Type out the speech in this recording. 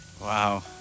wow